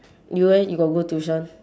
you eh you got go tuition